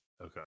Okay